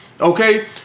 Okay